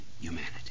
humanity